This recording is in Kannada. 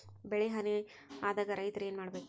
ಬೆಳಿ ಹಾನಿ ಆದಾಗ ರೈತ್ರ ಏನ್ ಮಾಡ್ಬೇಕ್?